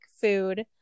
food